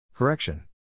Correction